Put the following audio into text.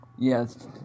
Yes